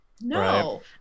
no